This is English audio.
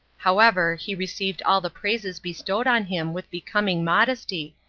however he received all the praises bestowed on him with becoming modesty,